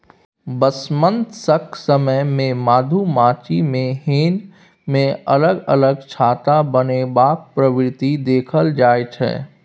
बसंमतसक समय मे मधुमाछी मे हेंज मे अलग अलग छत्ता बनेबाक प्रवृति देखल जाइ छै